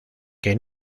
que